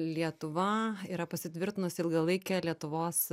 lietuva yra pasitvirtinus ilgalaikę lietuvos